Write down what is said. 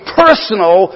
personal